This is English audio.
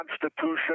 Constitution